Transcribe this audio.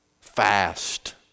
fast